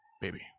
baby